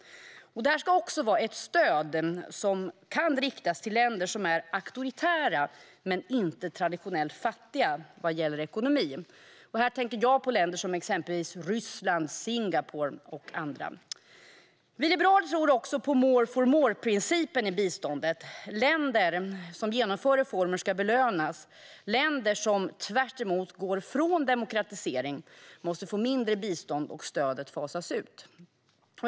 Det ska också vara ett stöd som kan riktas till länder som är auktoritära men inte traditionellt fattiga vad gäller ekonomi. Här tänker jag på länder som Ryssland, Singapore och andra. Vi liberaler tror på "more for more"-principen i biståndet. Länder som genomför reformer ska belönas. Länder som tvärtom går ifrån demokratisering måste få mindre bistånd, och stödet måste fasas ut.